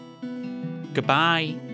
Goodbye